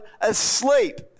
asleep